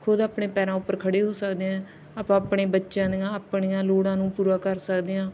ਖੁਦ ਆਪਣੇ ਪੈਰਾਂ ਉੱਪਰ ਖੜ੍ਹੇ ਹੋ ਸਕਦੇ ਹਾਂ ਆਪਾਂ ਆਪਣੇ ਬੱਚਿਆਂ ਦੀਆਂ ਆਪਣੀਆਂ ਲੋੜਾਂ ਨੂੰ ਪੂਰਾ ਕਰ ਸਕਦੇ ਹਾਂ